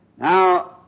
Now